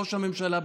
ראש הממשלה בנט.